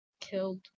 killed